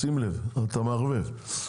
שים לב, אתה מערבב.